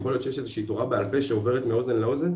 יכול להיות שיש איזושהי תורה בעל פה שעוברת מאוזן לאוזן,